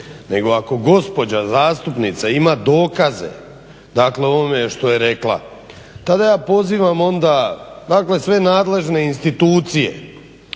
nego ako gospođa zastupnica ima dokaze dakle o ovome što je rekla tada ja pozivam onda dakle sve nadležne institucije